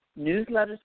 newsletters